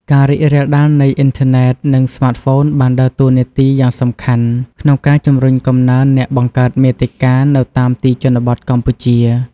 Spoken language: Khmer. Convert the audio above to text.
ការរីករាលដាលនៃអ៊ីនធឺណិត និងស្មាតហ្វូនបានដើរតួនាទីយ៉ាងសំខាន់ក្នុងការជំរុញកំណើនអ្នកបង្កើតមាតិកានៅតាមទីជនបទកម្ពុជា។